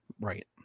Right